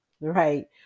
right